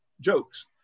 jokes